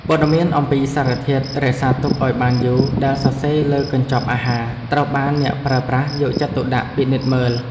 ព័ត៌មានអំពីសារធាតុរក្សាទុកឱ្យបានយូរដែលសរសេរលើកញ្ចប់អាហារត្រូវបានអ្នកប្រើប្រាស់យកចិត្តទុកដាក់ពិនិត្យមើល។